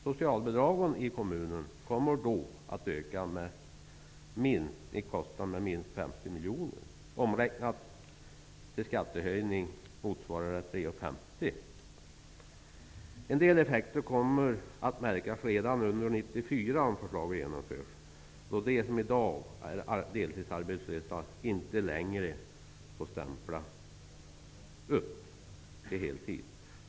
Socialbidragskostnaden i kommunen kommer då att öka med minst 50 miljoner kronor, vilket motsvarar 3:50 kr i skattehöjning. En del effekter kommer att märkas redan under 1994, om förslaget genomförs, då de som i dag är deltidsarbetslösa inte längre får stämpla upp till heltid.